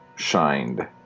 shined